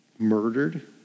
Murdered